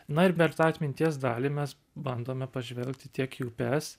na ir per tą atminties dalį mes bandome pažvelgti tiek į upes